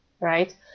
Right